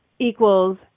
equals